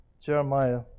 Jeremiah